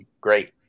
great